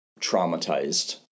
traumatized